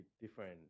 different